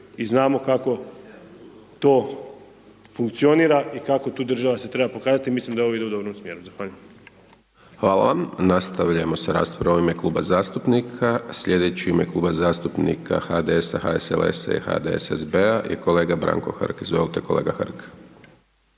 i znamo kako to funkcionira i kako tu država se treba pokazati i mislim da ovo ide u dobrom smjeru. Zahvaljujem. **Hajdaš Dončić, Siniša (SDP)** Hvala vam. Nastavljamo sa raspravom u ime Kluba zastupnika, sljedeći u ime Kluba zastupnika HDS-a, HSLS-a i HDSSB-a i kolega Branko Hrg. Izvolite kolega Hrg.